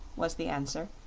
was the answer.